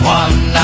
one